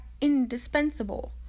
indispensable